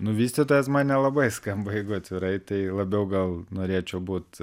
nu vystytojas man nelabai skamba jeigu atvirai tai labiau gal norėčiau būt